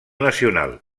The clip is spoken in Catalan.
nacional